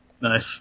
Nice